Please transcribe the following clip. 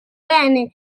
bene